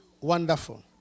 Wonderful